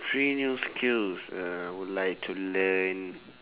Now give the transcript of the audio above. three new skills uh I would like to learn